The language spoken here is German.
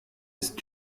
ist